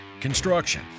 construction